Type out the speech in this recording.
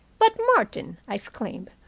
but, martin! i exclaimed.